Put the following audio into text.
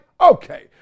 Okay